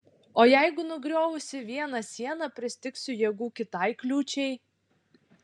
o jeigu nugriovusi vieną sieną pristigsiu jėgų kitai kliūčiai